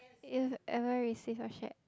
you've ever received or shared